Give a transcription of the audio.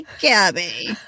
Gabby